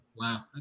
Wow